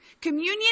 Communion